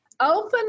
Open